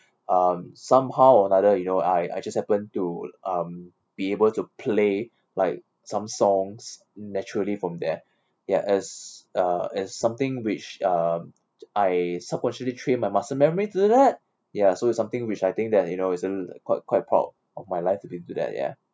um somehow or rather you know I I just happen to um be able to play like some songs naturally from there ya as uh as something which uh I supposedly train my muscle memory to do that ya so is something which I think that you know a li~ quite quite proud of my life to be do that ya